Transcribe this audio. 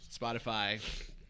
Spotify